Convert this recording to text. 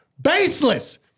Baseless